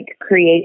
create